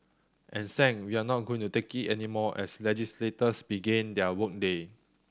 and Sang we're not going to take it anymore as legislators began their work day